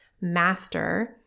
master